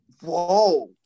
Whoa